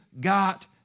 got